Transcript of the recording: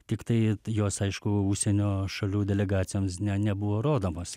tiktai jos aišku užsienio šalių delegacijoms nebuvo rodomos